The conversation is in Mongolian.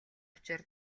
учир